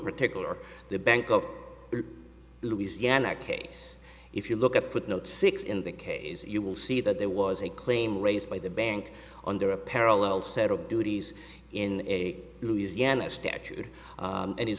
particular the bank of louisiana case if you look at footnote six in the case you will see that there was a claim raised by the bank under a parallel set of duties in louisiana statute and